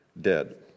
dead